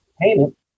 payment